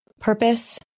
purpose